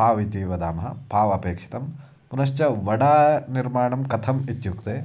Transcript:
पाव् इति वदामः पाव् अपेक्षितं पुनश्च वडा निर्माणं कथम् इत्युक्ते